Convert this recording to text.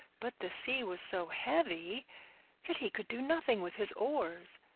but the sea was so heavy that he could do nothing with his oars.